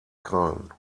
krallen